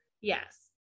Yes